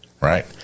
right